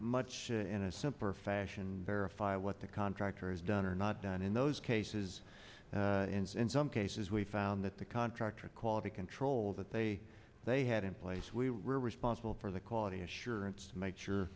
much in a simpler fashion verify what the contractor has done or not done in those cases ns in some cases we found that the contractor quality control that they they had in place we were responsible for the quality assurance to make sure